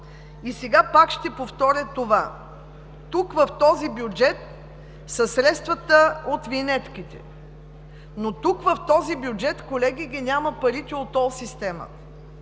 Сега отново ще повторя: тук в този бюджет са средствата от винетките, но в този бюджет, колеги, ги няма парите от тол системата.